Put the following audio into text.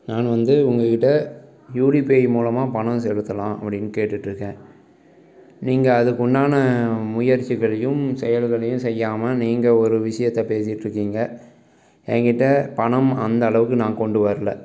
நான் வந்து உங்கள்கிட்ட யூடிபிஐ மூலமாக பணம் செலுத்தலாம் அப்படின்னு கேட்டுட்டிருக்கேன் நீங்கள் அதுக்குண்டான முயற்சிகளையும் செயல்களையும் செய்யாமல் நீங்கள் ஒரு விஷயத்த பேசிட்டிருக்கிங்க எங்ககிட்ட பணம் அந்த அளவுக்கு நான் கொண்டு வரலை